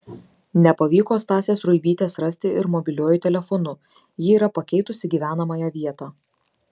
nepavyko stasės ruibytės rasti ir mobiliuoju telefonu ji yra pakeitusi gyvenamąją vietą